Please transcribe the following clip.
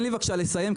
תן לי בבקשה לסיים.